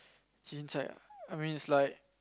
chincai ah I mean is like